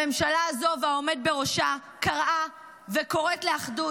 הממשלה הזו והעומד בראשה קראה וקוראת לאחדות,